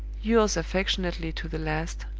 yours affectionately to the last,